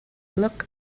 look